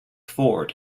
ford